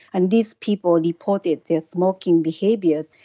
and these people reported their smoking behaviours.